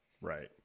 Right